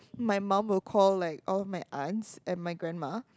my mum will call like or my aunts and my grandma